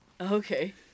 okay